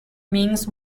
means